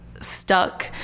stuck